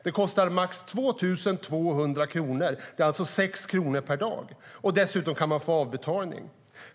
Det kostar max 2 200 kronor, alltså 6 kronor per dag. Dessutom kan man beviljas avbetalning.